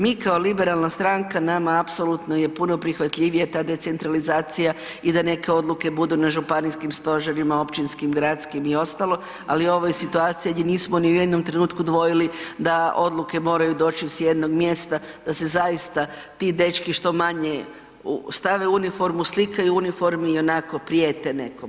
Mi kao liberalna stranka nama apsolutno je puno prihvatljivije ta decentralizacija i da neke odluke budu na županijskim stožerima, općinskim, gradskim i ostalo, ali ovo je situacija gdje nismo ni u jednom trenutku dvojili da odluke moraju doći s jednog mjesta, da se zaista ti dečki što manje stave u uniformu, slikaju u uniformi i onako prijete nekom.